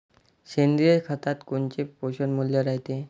सेंद्रिय खतात कोनचे पोषनमूल्य रायते?